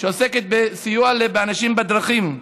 שעוסקת בסיוע לאנשים בדרכים,